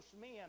men